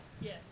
Yes